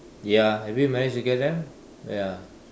ya have you managed to get them ya